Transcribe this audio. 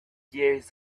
years